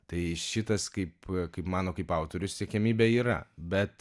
tai šitas kaip kaip mano kaip autoriaus siekiamybė yra bet